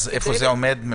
אז איפה זה עומד?